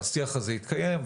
השיח הזה יתקיים.